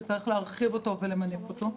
שצריך להרחיב אותו ולמנף אותו,